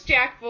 Jack